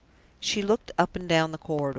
she looked up and down the corridor.